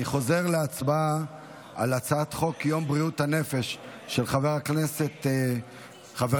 אני חוזר להצבעה על הצעת חוק יום בריאות הנפש של חברת הכנסת מיכל,